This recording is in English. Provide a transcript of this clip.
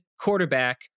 quarterback